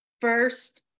first